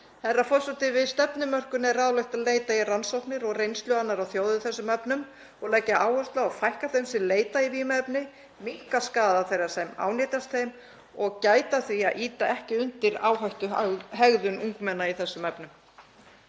Herra forseti. Við stefnumörkun er ráðlegt að leita í rannsóknir og reynslu annarra þjóða í þessum efnum og leggja áherslu á að fækka þeim sem leita í vímuefni, minnka skaða þeirra sem ánetjast þeim og gæta að því að ýta ekki undir áhættuhegðun ungmenna í þessum efnum.